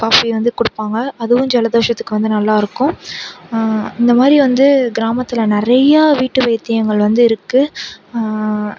coffee வந்து கொடுப்பாங்க அதுவும் ஜலதோஷத்துக்கு வந்து நல்லாயிருக்கும் இந்த மாதிரி வந்து கிராமத்தில் நிறைய வீட்டு வைத்தியங்கள் வந்து இருக்கு